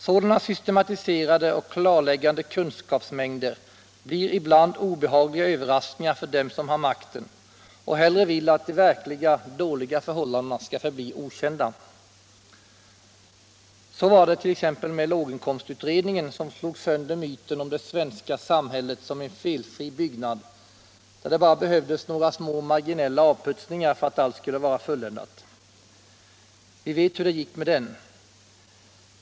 Sådana systematiserade och klarläggande kunskapsmängder blir ibland obehagliga överraskningar för dem som har makten och hellre vill att de verkliga, dåliga förhållandena skall förbli okända. Så var det t.ex. med låginkomstutredningen, som slog sönder myten om det svenska samhället som en felfri byggnad där det bara behövdes några små marginella avputsningar för att allt skulle vara fulländat. Vi vet hur det gick med den.